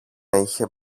είχε